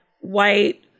white